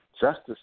justice